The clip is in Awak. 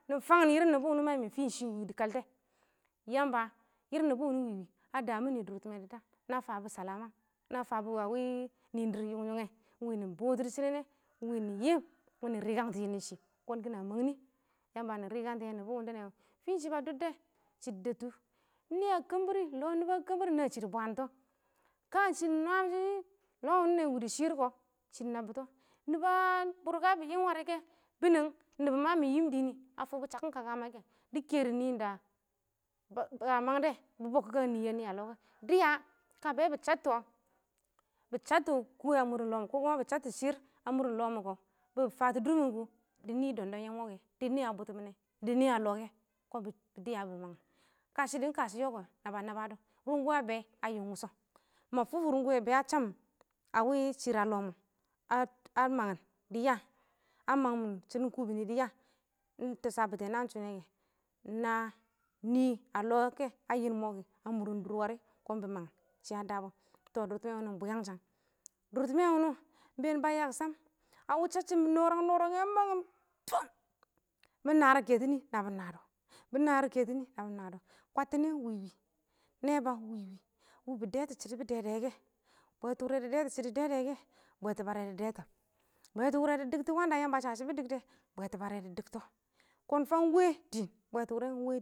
Nɪ fangɪn yiri nɪbɔ wʊnɪ ma yɪmɪn fɪ ɪng shɪ, dɪ kaltɛ, Yamba yir nɪbɔ wɪnɪ ɪng wɪ wɪ a damɪnɪ a dʊrtɪmɛ dɪ daan na fabɔ salama na fabɔ nɪɪn drr, yʊng yʊng nɛ ɪng wɪnɪ bɔtʊ dɪ shɪnɪ nɛ, ɪng wɪ nɪ yɪm ɪng wɪnɪ rɪkangtɔ yɛnɪ shɪ kɔn kɪna mangnɪ yamba nɪ rɪkangtɔ, nɪbɔ wɪndɛ nɛ wɛ, fɪɪn shɪ ba dʊddɛ, ɪng shɪ dɪ dəbtʊ nɪ a kəmbir, lɔ nɪbɔ a kəmbir rɪ naan shɪ dɪ bwaantɔ, ka shɪ nwaam shɪ lɔ wɪnɪ ɪng wɪ dɪ shɪɪr kɔ, shɪdɪ nabɪtɔ nɪbɔa bʊrka bɪ yɪm warɪ kɛ binəng ɪng nɪbɔ mɪ yɪɪm dɪ nɪ a fʊkbɔ shakkɪn kakka ma kɛ, dɪ keeri nɪɪn da ba mangdɛ, bɪ bʊkkɪkangɛ nɪ yɛ nɪ a lɔ kɛ, dɪya ka bɛ bɪ chattɔ bɪ chattɔ kʊwɛ a mʊr lɔ mʊ kɔ kuma bɪ chattɔ shɪrr a mʊrɪn lɔ mɔ kɔ, bɪ fatɔ dʊrmɪn kʊ dɪnɪ doom yɛ mɔ kɛ, dɪ nɪ a bʊtʊmɪ nɛ, dɪ nɪ a lɔ kɛ dɪya bɪ mangɪn, ka shɪ dɔ kashɔ kɛ kɔ naba nabba dɔ, rʊngʊwɛ a bɛ a yɪm wʊshɔ, ma fʊfʊ rʊgʊwɛ bɛa chab shɪrr a mʊ lɔ mɔ, ḳɔ naba nabb dɔ runguwe a be a fankuwɪ wushɔ ma fufu runguwɛ bɪya kəm awi shiir a lɔ mɔ a mangɪn dɪ ya a mangɪm shɪnɪn kubini dɪ ya ɪng tɛshɔ a bɪtɛ naan shʊ kɛ, ɪng na nɪ a lɔ kɛ a yɪn mɔ kɛ, kɔn dɪ mʊr dʊr warɪ kɔn bɪ manghɛ shɪya dabɔ. Tɔ dʊr tɪmɛ wɪnɪ wɔ ɪng bwɪyangshang, dʊrtɪmɛ wʊnɪ wɔ ɪng been ba yangsham a wɪ shashɪm nɔrang nɔrangɛ a mangɪm, fɪm mɪ naar kɛtɔ nɪ nabɪ nwadɔ bɪ naar kɛtɔ nɪ nabɪ nwadɔ kwadtɪnɛ ɪng wɪ wɪ nɛba ɪng wɪ wɪ, ɪng wɪ bɪ dɛtʊ shɪdɔ bɪ dɛdɔ wɛ kɛ bwɛtʊwʊrɛ dɪ dɛtɔ shɪdɔ bɪ dɛdɛ wɛ kɛ, bwɛtʊ bare dɪ dɛtɔ bwɛtʊ wʊrɛ dɪ dɛtɔ, wanda yamba a sa shibi dikdɛ bwetu word dɪ dɪktɔ kɔn fang we